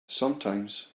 sometimes